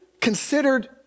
considered